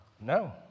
No